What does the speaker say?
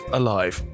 alive